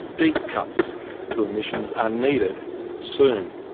deep cuts to emissions are needed soon.